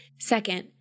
Second